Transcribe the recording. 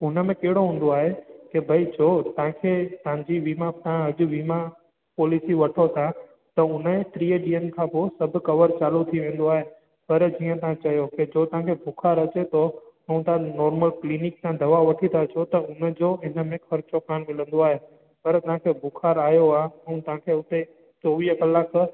हुनमें कहिड़ो हूंदो आहे की भई छो तव्हांखे तव्हांजी वीमा खां अॼु वीमा पॉलिसी वठो था त उनजे टीह ॾींहंनि खां पोइ सभु कवर चालू थी वेंदो आहे पर जीअं तव्हां चयो की जो तव्हांखे बुख़ारु अचे थो ऐं तव्हां नॉर्मल क्लिनिक सां दवा वठी था अचो त उनजो इनमे ख़र्चो कोन मिलंदो आहे पर तव्हांखे बुख़ारु आयो आहे ऐं तव्हांखे उते चोवीह कलाक